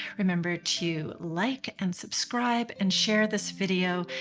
remember to like and subscribe and share this video,